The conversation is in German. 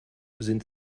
sind